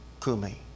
Kumi